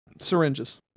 Syringes